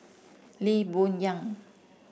Lee Boon Yang